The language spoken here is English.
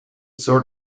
sort